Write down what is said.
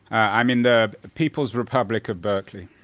i'm in the people's republic of berkeley.